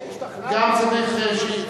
אני די השתכנעתי,